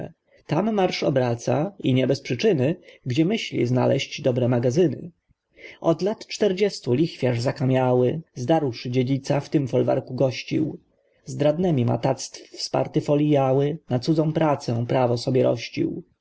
tam marsz obraca i nie bez przyczyny gdzie myśli znaleść dobre magazyny od lat czterdziestu lichwiarz zakamiały zdarłszy dziedzica w tym folwarku gościł zdradnemi matactw wsparty foljały na cudzą pracę prawo sobie